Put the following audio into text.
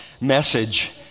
message